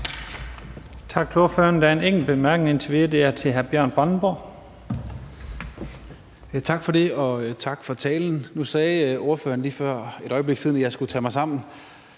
Tak til ordføreren. Der er en enkelt kort bemærkning indtil videre. Det er til hr. Bjørn Brandenborg. Kl. 15:46 Bjørn Brandenborg (S): Tak for det. Og tak for talen. Nu sagde ordføreren lige for et øjeblik siden, at jeg skulle tage mig sammen,